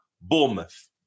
Bournemouth